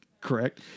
correct